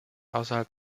außerhalb